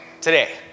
today